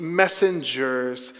messengers